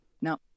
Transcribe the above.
no